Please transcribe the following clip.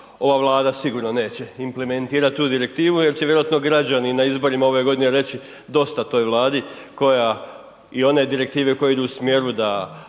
ova Vlada sigurno neće implementirati tu direktivu jer će vjerojatno građani na izborima ove godine reći dosta toj Vladi i one direktive koje idu u smjeru da